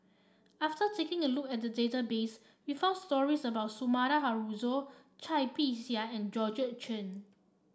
after taking a look at the database we found stories about Sumida Haruzo Cai Bixia and Georgette Chen